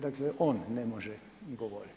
Dakle, on ne može govoriti.